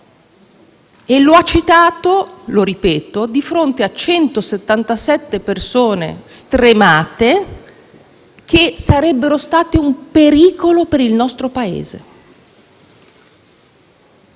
E lo ha citato - ripeto - di fronte a 177 persone stremate che sarebbero state un pericolo per il nostro Paese.